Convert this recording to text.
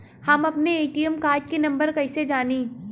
हम अपने ATM card के नंबर कइसे जानी?